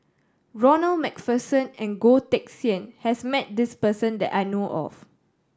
Ronald Macpherson and Goh Teck Sian has met this person that I know of